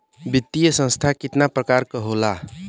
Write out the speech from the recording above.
वित्तीय संस्था कितना प्रकार क होला?